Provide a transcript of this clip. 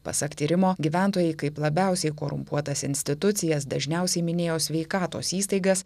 pasak tyrimo gyventojai kaip labiausiai korumpuotas institucijas dažniausiai minėjo sveikatos įstaigas